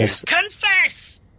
confess